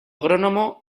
agrónomo